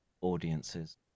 audiences